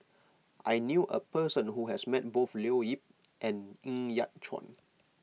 I knew a person who has met both Leo Yip and Ng Yat Chuan